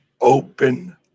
open